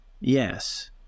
Yes